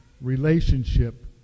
relationship